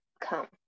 come